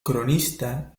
cronista